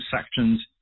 sections